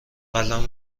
قلم